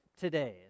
today